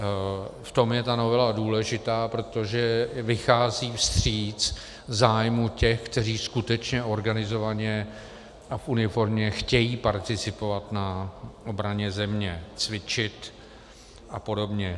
V tom je ta novela důležitá, protože vychází vstříc zájmu těch, kteří skutečně organizovaně a v uniformě chtějí participovat na obraně země, cvičit apod.